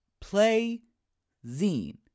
Play-Zine